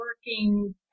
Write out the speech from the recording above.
Working